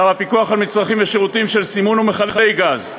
וצו הפיקוח על מצרכים ושירותים (סימון ומילוי מכלי גז).